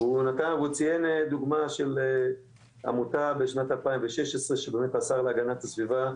והוא ציין דוגמא של עמותה בשנת 2016 שבאמת השר להגנת הסביבה,